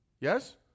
Yes